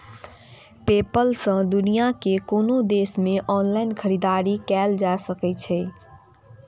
PayPal सं दुनिया के कोनो देश मे ऑनलाइन खरीदारी कैल जा सकै छै